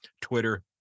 Twitter